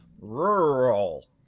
Rural